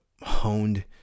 honed